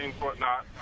whatnot